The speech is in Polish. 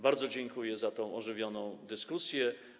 Bardzo dziękuję za tę ożywioną dyskusję.